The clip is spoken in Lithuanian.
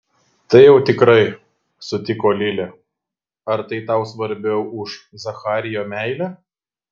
tai jau tikrai sutiko lilė ar tai tau svarbiau už zacharijo meilę